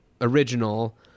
original